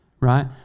right